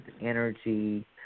energy